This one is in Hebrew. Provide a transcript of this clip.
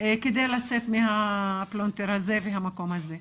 כדי לצאת מהפלונטר הזה ומהמקום הזה.